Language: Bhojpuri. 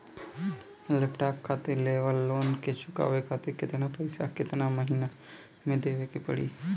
लैपटाप खातिर लेवल लोन के चुकावे खातिर केतना पैसा केतना महिना मे देवे के पड़ी?